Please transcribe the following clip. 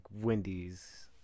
Wendy's